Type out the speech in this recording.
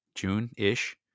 June-ish